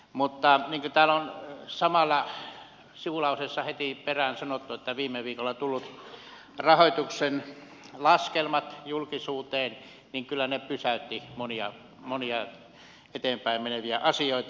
mutta niin kuin täällä on sivulauseessa heti perään sanottu viime viikolla julkisuuteen tulleet rahoituksen laskelmat kyllä pysäyttivät monia eteenpäin meneviä asioita